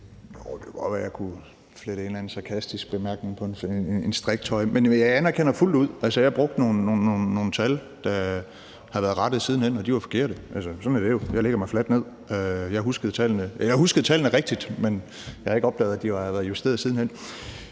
det kunne godt være, at jeg kunne flette en eller anden sarkastisk bemærkning ind på en striktrøje. Men jeg anerkender fuldt ud, at jeg har brugt nogle tal, der siden hen har været rettet, og at de var forkerte. Sådan er det jo, og jeg lægger mig fladt ned. Jeg huskede tallene rigtigt, men jeg havde ikke opdaget, at de siden hen var blevet